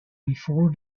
before